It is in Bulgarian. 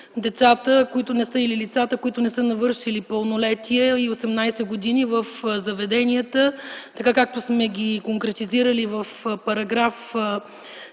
децата или лицата, които не са навършили пълнолетие, 18 години, в заведенията, така както сме ги конкретизирали в §